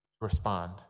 respond